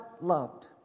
loved